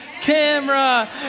camera